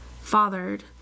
fathered